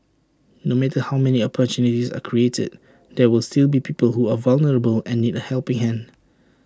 no matter how many opportunities are created there were will still be people who are vulnerable and need A helping hand